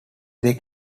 they